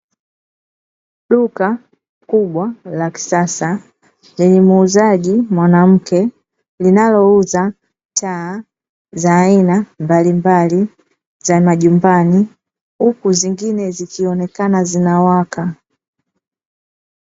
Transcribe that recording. Duka kubwa la kisasa lenye muuzaji mwanamke, linalouza taa za aina mbalimbali za majumbani, huku zingine zikionekana zinawaka.